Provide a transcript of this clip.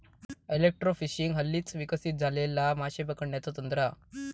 electrofishing हल्लीच विकसित झालेला माशे पकडण्याचा तंत्र हा